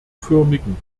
förmigen